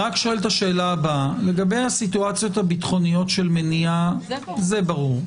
לגבי הסיטואציות הביטחוניות של מניעה זה ברור.